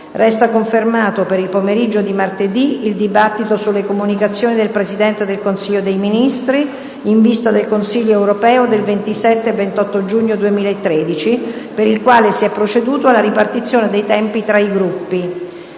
Resta confermato per il pomeriggio di martedì il dibattito sulle comunicazioni del Presidente del Consiglio dei ministri in vista del Consiglio europeo del 27 e 28 giugno 2013, per il quale si è proceduto alla ripartizione dei tempi tra i Gruppi.